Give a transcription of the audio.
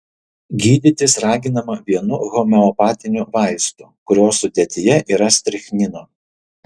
gydytis raginama vienu homeopatiniu vaistu kurio sudėtyje yra strichnino